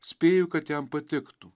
spėju kad jam patiktų